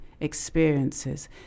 experiences